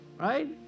right